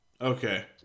Okay